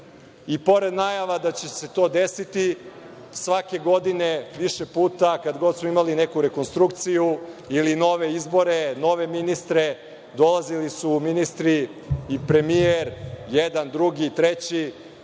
I pored najava da će se to desiti, svake godine više puta, kad god smo imali neku rekonstrukciju ili nove izbore, nove ministre, dolazili su ministri i premijer, jedan, drugi, treći,